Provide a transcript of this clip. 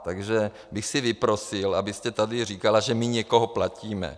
Takže bych si vyprosil, abyste tady říkala, že někoho platíme.